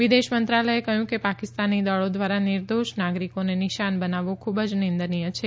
વિદેશ મંત્રાલયે કહ્યું કે પાકિસ્તાની દળો દ્વારા નિર્દોષ નાગરિકોને નિશાન બનાવવું ખૂબ જ નિદંનીય છે